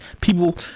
People